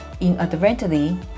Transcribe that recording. inadvertently